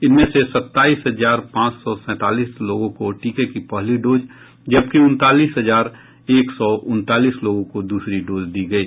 इनमें से सत्ताईस हजार पांच सौ सैंतालीस लोगों को टीके की पहली डोज जबकि उनतालीस हजार एक सौ उनतालीस लोगों को दूसरी डोज दी गयी